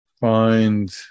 find